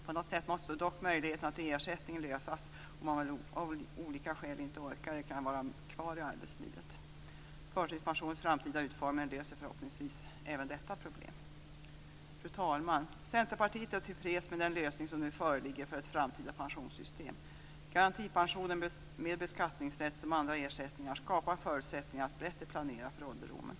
På något sätt måste dock möjligheterna till ersättning lösas om man av olika skäl inte orkar vara kvar i arbetslivet. Förtidspensionens framtida utformning löser förhoppningsvis även detta problem. Fru talman! Centerpartiet är tillfreds med den lösning som nu föreligger för ett framtida pensionssystem. Garantipensionen med beskattningsrätt som andra ersättningar skapar förutsättningar att bättre planera för ålderdomen.